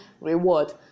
reward